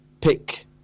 pick